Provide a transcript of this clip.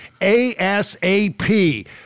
ASAP